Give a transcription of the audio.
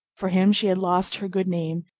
for him she had lost her good name,